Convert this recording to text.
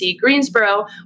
Greensboro